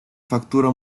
factura